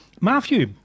Matthew